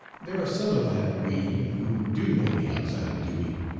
there are some of that we who do know me outside of duty.